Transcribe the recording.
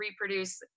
reproduce